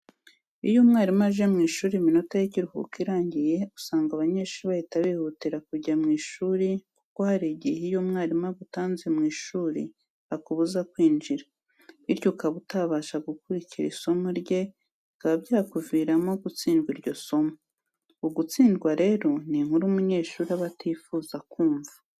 Iyo umwarimu aje mu ishuri iminota y'ikiruhuko irangiye usanga abanyeshuri bahita bihutira kujya mu ishuri kuko hari igihe iyo umwarimu agutanze mu ishuri akubuza kwinjira, bityo ukaba utabasha gukurikira isomo rye bikaba byakuviramo gutsindwa iryo somo. Ugutsindwa rero ni inkuru umunyeshuri aba atifuza kumva.